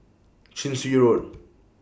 Chin Swee Road